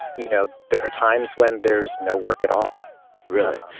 you know, there are times when there's no work at all really?